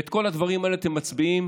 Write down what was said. ובכל הדברים האלה אתם מצביעים